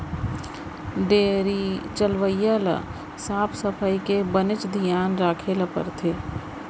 dairy चलवइया ल साफ सफई के बनेच धियान राखे ल परथे